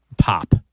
pop